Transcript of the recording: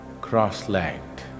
cross-legged